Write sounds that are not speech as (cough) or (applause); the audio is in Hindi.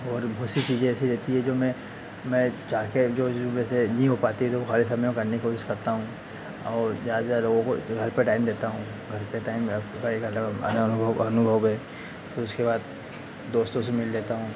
और भूसी चीज़ें ऐसी रहती है जो मैं मैं चाह के जो (unintelligible) वैसे नहीं हो पाती है लोग हर समय में करने की कोशिश करता हूँ और ज़्यादा ज़्यादा (unintelligible) जो घर पे टाइम देता हूँ घर पे टाइम (unintelligible) एक अलग (unintelligible) अनुभव अनुभव है उसके बाद दोस्तों से मिल लेता हूँ